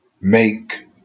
make